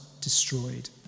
destroyed